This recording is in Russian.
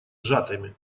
сжатыми